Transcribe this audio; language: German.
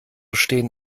stehen